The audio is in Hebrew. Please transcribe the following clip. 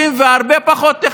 אחרות.